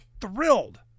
thrilled